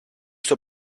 στο